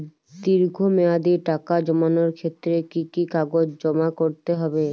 দীর্ঘ মেয়াদি টাকা জমানোর ক্ষেত্রে কি কি কাগজ জমা করতে হবে?